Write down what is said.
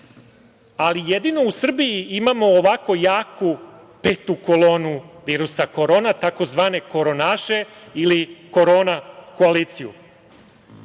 ali jedino u Srbiji imamo ovako jaku petu kolonu virusa korona tzv. koronaše ili korona koaliciju.